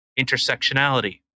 intersectionality